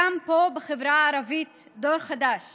קם בחברה הערבית דור חדש